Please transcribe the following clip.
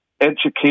education